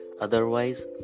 otherwise